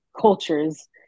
cultures